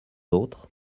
autres